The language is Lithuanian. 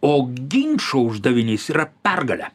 o ginčo uždavinys yra pergalė